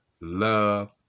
love